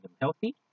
healthy